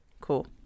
Cool